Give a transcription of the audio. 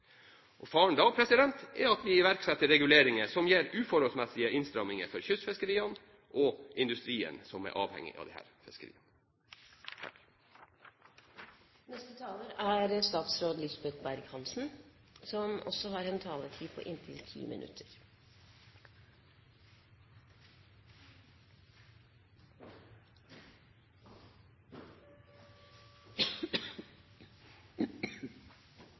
Faren da er at vi iverksetter reguleringer som gir utforholdsmessige innstramminger for kystfiskeriene og industrien som er avhengig av disse fiskeriene. Først av alt vil jeg takke interpellanten for å ta opp en